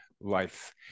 life